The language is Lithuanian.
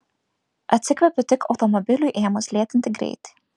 atsikvepiu tik automobiliui ėmus lėtinti greitį